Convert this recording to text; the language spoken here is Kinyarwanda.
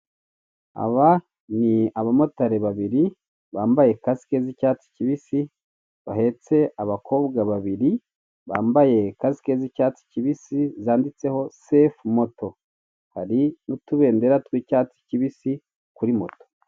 Aba ni abamotari babiri bambaye kasike z'icyatsi kibisi, bahetse abakobwa babiri bambaye kasike z'icyatsikibisi, zanditseho sefu moto; hari n'utubendera tw'icyatsi kibisi kuri moto.